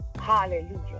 Hallelujah